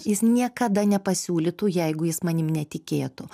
jis niekada nepasiūlytų jeigu jis manim netikėtų